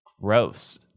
gross